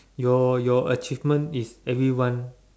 your your achievement is everyone